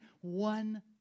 One